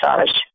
massage